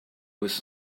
was